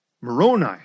Moroni